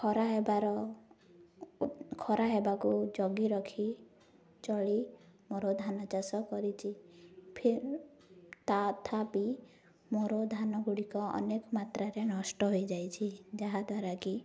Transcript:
ଖରା ହେବାର ଖରା ହେବାକୁ ଜଗି ରଖି ଚଳି ମୋର ଧାନ ଚାଷ କରିଛି ତଥାପି ମୋର ଧାନ ଗୁଡ଼ିକ ଅନେକ ମାତ୍ରାରେ ନଷ୍ଟ ହୋଇଯାଇଛି ଯାହାଦ୍ୱାରା କି